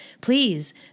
Please